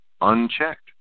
unchecked